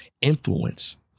influence